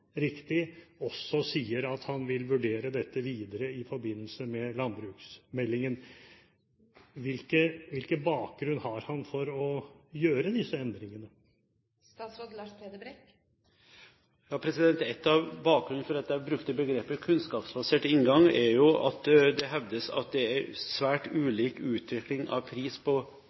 riktig – også sier at han vil vurdere dette videre i forbindelse med landbruksmeldingen? Hvilken bakgrunn har han for å gjøre disse endringene? Noe av bakgrunnen for at jeg brukte begrepet «kunnskapsbasert inngang» er at det hevdes at det er svært ulik prisutvikling på